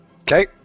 Okay